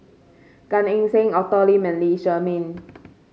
Gan Eng Seng Arthur Lim and Lee Shermay